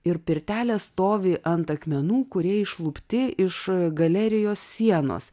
ir pirtelė stovi ant akmenų kurie išlupti iš galerijos sienos